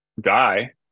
die